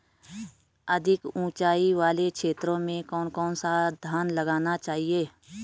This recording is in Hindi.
अधिक उँचाई वाले क्षेत्रों में कौन सा धान लगाया जाना चाहिए?